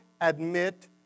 admit